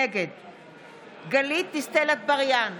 נגד גלית דיסטל אטבריאן,